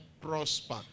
prosper